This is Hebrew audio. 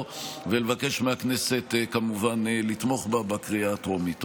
ולבקש מהכנסת כמובן לתמוך בה בקריאה הטרומית.